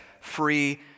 free